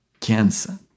cancer